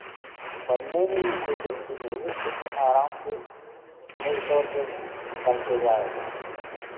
बनने में भी कोई गलती नहीं होगी चित्र आराम से सही तरफ़ बनते जाएगा